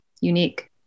unique